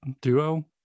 duo